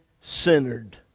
centered